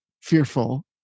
fearful